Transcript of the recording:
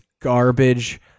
garbage